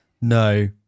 no